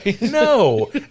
no